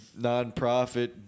nonprofit